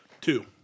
Two